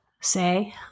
say